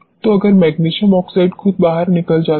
तो अगर magnesium oxide खुद बहार निकल जाता है